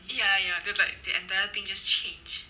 ya ya then it's like the entire thing just change